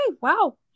wow